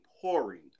pouring